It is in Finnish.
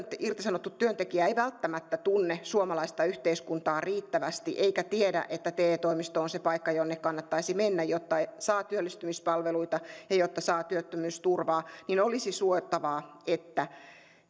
irtisanottu työntekijä ei välttämättä tunne suomalaista yhteiskuntaa riittävästi eikä tiedä että te toimisto on se paikka jonne kannattaisi mennä jotta saa työllistymispalveluita ja jotta saa työttömyysturvaa niin olisi suotavaa että